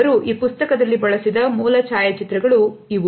ಅವರು ಈ ಪುಸ್ತಕದಲ್ಲಿ ಬಳಸಿದ ಮೂಲ ಛಾಯಾಚಿತ್ರಗಳು ಇವು